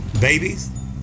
babies